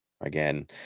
again